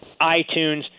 iTunes